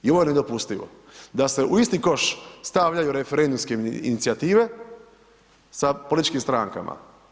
I ovo je nedopustivo, da se u isti koš stavljaju referendumskim inicijative sa političkim strankama.